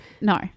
No